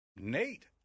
Nate